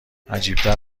عجیبتر